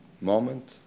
moment